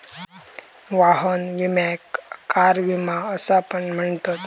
वाहन विम्याक कार विमा असा पण म्हणतत